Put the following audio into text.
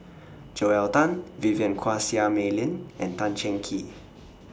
Joel Tan Vivien Quahe Seah Mei Lin and Tan Cheng Kee